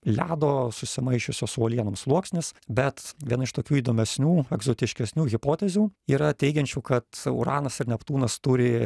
ledo susimaišiusio su uolienom sluoksnis bet viena iš tokių įdomesnių egzotiškesnių hipotezių yra teigiančių kad uranas ir neptūnas turi